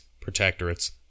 protectorates